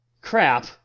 crap